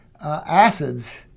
acids